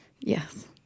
yes